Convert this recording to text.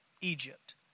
Egypt